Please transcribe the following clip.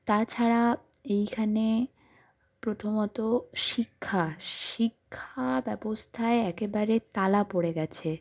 তাছাড়া এইখানে প্রথমত শিক্ষা শিক্ষাব্যবস্থায় একেবারে তালা পড়ে গেছে